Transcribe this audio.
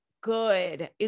good